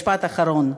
משפט אחרון: